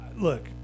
look